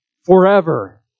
forever